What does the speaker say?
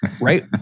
right